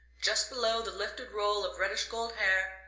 just below the lifted roll of reddish-gold hair,